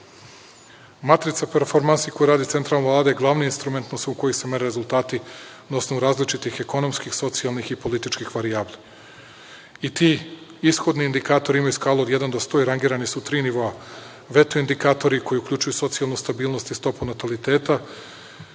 bolji. Matrica performansi koje radi Centralno AD je glavni instrument na osnovu kojeg se mere rezultati na osnovu različitih ekonomskih, socijalnih i političkih varijabli i ti ishodni indikatori imaju skalu od jedan do sto i rangirani su u tri nivoa, veta indikatori koji uključuju socijalnu stabilnost i stopu nataliteta,